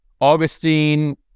Augustine